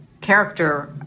character